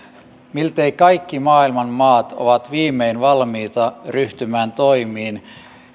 miltei kaikki maailman maat ovat viimein valmiita ryhtymään toimiin